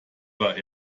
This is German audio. war